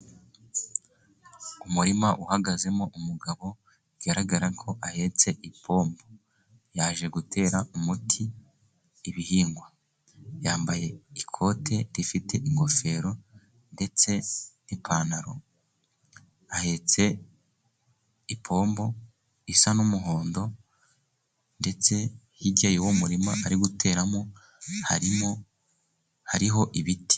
Umurima uhagazemo umugabo bigaragara ko ahetse ipombo, yaje gutera umuti ibihingwa, yambaye ikoti rifite ingofero ndetse n' ipantaro ahetse ipombo isa n' umuhondo ndetse hirya y' umurima ari guteramo harimo (hariho) ibiti.